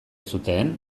zuten